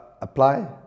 apply